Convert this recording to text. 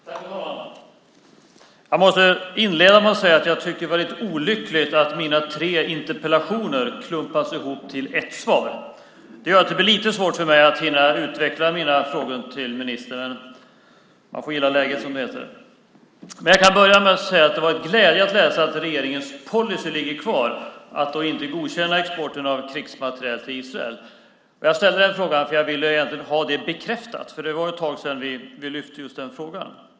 Fru talman! Jag måste inleda med att säga att jag tycker att det är väldigt olyckligt att mina tre interpellationer klumpas ihop i ett svar. Det gör att det blir lite svårt för mig att hinna utveckla mina frågor till ministern. Men man får gilla läget, som det heter. Det var glädjande att läsa att regeringens policy att inte godkänna export av krigsmateriel till Israel ligger kvar. Jag ställde egentligen frågan för att jag ville ha det bekräftat. Det var ju ett tag sedan vi lyfte fram just den frågan.